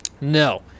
No